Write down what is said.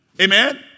Amen